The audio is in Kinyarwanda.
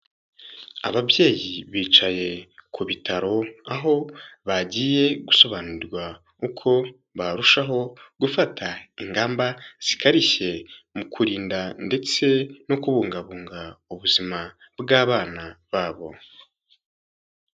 Ababyeyi bicaye ku bitaro aho bagiye gusobanurirwa uko barushaho gufata ingamba zikarishye mu kurinda ndetse no kubungabunga ubuzima bw'abana babo.